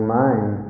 mind